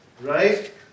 Right